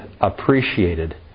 appreciated